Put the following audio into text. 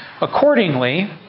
Accordingly